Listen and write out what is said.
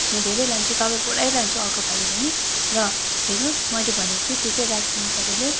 म धेरै लान्छु तपाईँकोबाटै लान्छु अर्को पालि पनि र हेर्नुहोस् मैले भनेको छु त्यो चाहिँ राखिदिनु तपाईँले